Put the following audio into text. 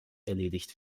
erledigt